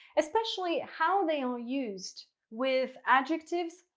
especially how they are used with adjectives,